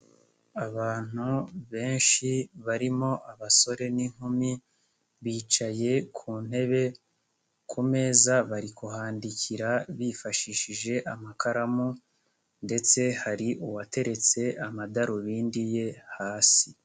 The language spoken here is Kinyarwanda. Abantu benshi barimo abasore n'inkumi, bicaye ku ntebe, ku meza bari kuhandikira bifashishije amakaramu ndetse hari uwateretse amadarubindi ye hasi.